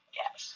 yes